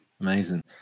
amazing